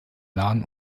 lahn